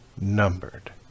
numbered